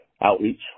outreach